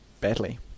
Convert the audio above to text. badly